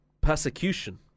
persecution